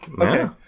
Okay